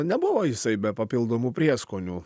nebuvo jisai be papildomų prieskonių